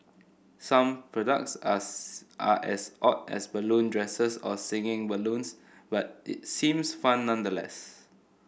some products as are as odd as balloon dresses or singing balloons but it seems fun nevertheless